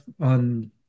on